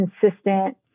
consistent